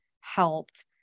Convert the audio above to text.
helped